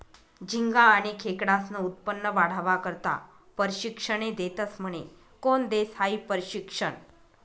झिंगा आनी खेकडास्नं उत्पन्न वाढावा करता परशिक्षने देतस म्हने? कोन देस हायी परशिक्षन?